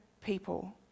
people